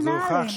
זה הוכח.